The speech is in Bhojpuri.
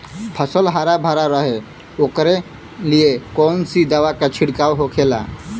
फसल हरा भरा रहे वोकरे लिए कौन सी दवा का छिड़काव होखेला?